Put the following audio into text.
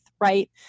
right